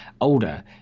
older